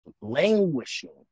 languishing